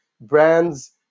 brands